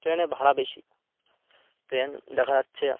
ট্রেনে ভাড়া বেশি ট্রেন দেখা যাচ্ছে